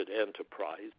enterprise